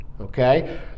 okay